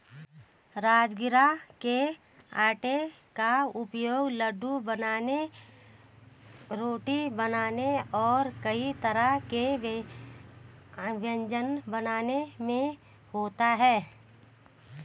राजगिरा के आटे का उपयोग लड्डू बनाने रोटी बनाने और कई तरह के अन्य व्यंजन बनाने में होता है